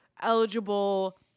eligible